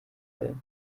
will